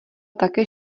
také